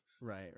Right